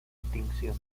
extinción